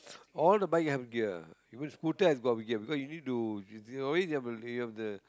all the bike have gear even scooter has got gear because you need to always have you have the